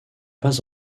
pas